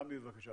עמי, בבקשה.